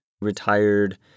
retired